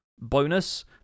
bonus